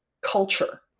culture